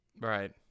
Right